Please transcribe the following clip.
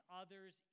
others